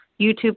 YouTube